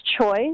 choice